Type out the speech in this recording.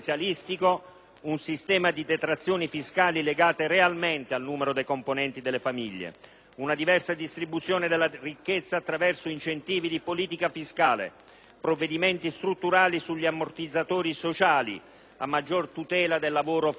un sistema di detrazioni fiscali legate realmente al numero dei componenti delle famiglie, una diversa distribuzione della ricchezza attraverso interventi di politica fiscale e provvedimenti strutturali sugli ammortizzatori sociali a maggior tutela del lavoro flessibile.